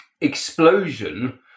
explosion